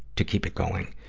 to keep it going.